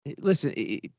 Listen